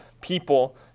people